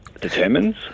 determines